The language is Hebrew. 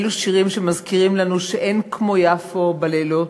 אלה שירים שמזכירים לנו שאין כמו יפו בלילות,